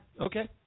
Okay